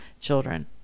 children